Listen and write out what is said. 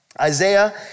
Isaiah